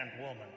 woman